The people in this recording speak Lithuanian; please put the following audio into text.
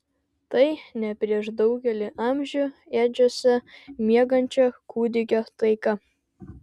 tai ne prieš daugelį amžių ėdžiose miegančio kūdikio taika